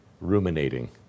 ruminating